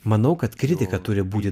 manau kad kritika turi būti